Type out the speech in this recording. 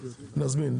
נזמין.